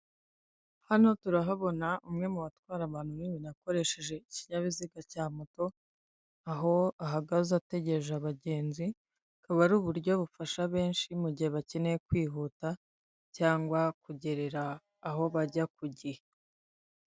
Hano turahabona umwe mu batwara abantu n'ibintu akoresheje ikinyabiziga cya moto, aho ahagaze ategereje abagenzi, akaba ari uburyo bufasha benshi mu gihe bakeneye kwihuta cyangwa kugerera aho bajya ku gihe.